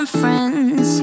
friends